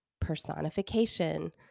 personification